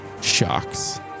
shocks